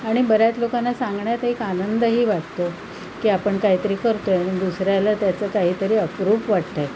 आणि बऱ्याच लोकांना सांगण्यात एक आनंदही वाटतो की आपण काहीतरी करतो आहे आणि दुसऱ्याला त्याचं काहीतरी अप्रूप वाटत आहे